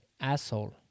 asshole